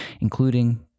including